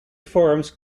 forums